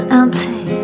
empty